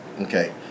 Okay